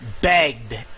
begged